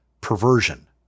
perversion